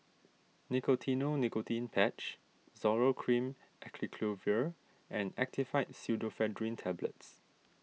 Nicotinell Nicotine Patch Zoral Cream Acyclovir and Actifed Pseudoephedrine Tablets